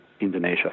Indonesia